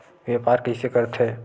व्यापार कइसे करथे?